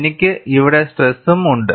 എനിക്ക് ഇവിടെ സ്ട്രെസും ഉണ്ട്